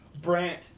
Brant